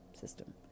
system